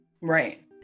Right